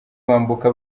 bambuka